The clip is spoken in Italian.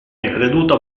creduto